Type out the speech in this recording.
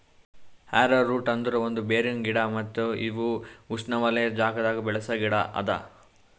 arrowroot ಅಂದುರ್ ಇದು ಒಂದ್ ಬೇರಿನ ಗಿಡ ಮತ್ತ ಇವು ಉಷ್ಣೆವಲಯದ್ ಜಾಗದಾಗ್ ಬೆಳಸ ಗಿಡ ಅದಾ